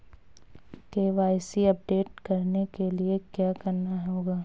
KYC update करने के लिए क्या करना होगा?